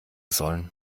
sollen